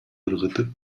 ыргытып